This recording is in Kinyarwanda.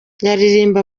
yaririmba